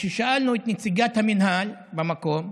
וכששאלנו את נציגת המינהל במקום: